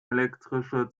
elektrische